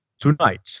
Tonight